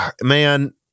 Man